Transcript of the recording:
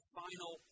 final